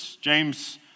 James